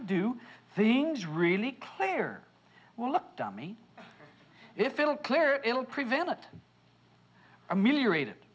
do things really clear well look dummy if ill clear it'll prevent it ameliorate